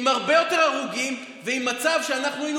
עם הרבה יותר הרוגים ועם מצב שאנחנו היינו